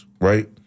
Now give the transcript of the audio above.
right